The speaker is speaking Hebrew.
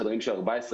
חדרים של 14,